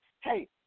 Hey